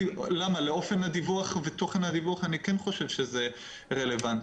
לאופן הדיווח ותוכן הדיווח אני כן חושב שזה רלוונטי.